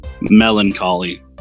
Melancholy